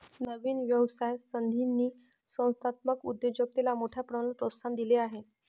नवीन व्यवसाय संधींनी संस्थात्मक उद्योजकतेला मोठ्या प्रमाणात प्रोत्साहन दिले आहे